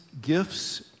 gifts